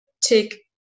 take